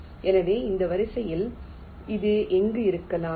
எனவே இந்த வரிசையில் இது எங்கும் இருக்கலாம்